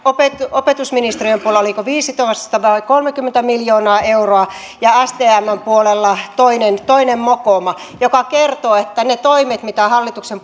opetusministeriön puolella oliko viisitoista vai kolmekymmentä miljoonaa euroa ja stmn puolella toinen toinen mokoma mikä kertoo että ne toimet mitä hallituksen